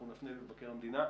אנחנו נפנה למבקר המדינה,